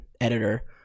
editor